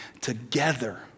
Together